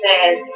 says